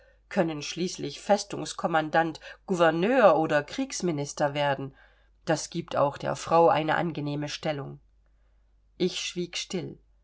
können schließlich festungskommandant gouverneur oder kriegsminister werden das giebt auch der frau eine angenehme stellung ich schwieg still